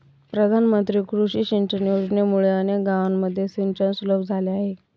प्रधानमंत्री कृषी सिंचन योजनेमुळे अनेक गावांमध्ये सिंचन सुलभ झाले आहे